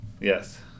Yes